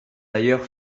d’ailleurs